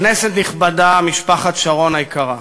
כנסת נכבדה, משפחת שרון היקרה,